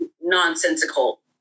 nonsensical